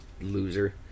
loser